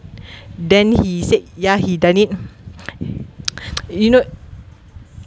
then he said ya he done it you know